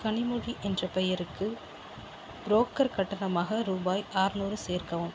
கனிமொழி என்ற பெயருக்கு ப்ரோக்கர் கட்டணமாக ரூபாய் அறநூறு சேர்க்கவும்